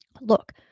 look